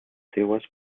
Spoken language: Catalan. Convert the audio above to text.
seues